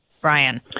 Brian